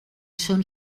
són